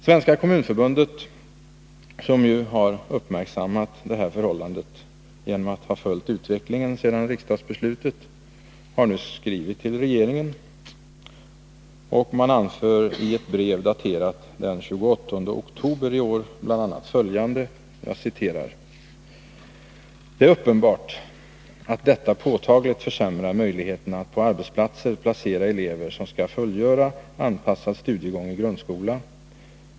Svenska kommunförbundet, som ju uppmärksammat det här förhållandet genom att förbundet följt utvecklingen sedan riksdagsbeslutet, har nyss skrivit till regeringen. Förbundet anför i brevet, daterat den 28 oktober i år, bl.a. följande: ”Det är uppenbart att detta påtagligt försämrar möjligheterna att på arbetsplatser placera elever som skall fullgöra anpassad studiegång i grundskola.